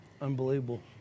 Unbelievable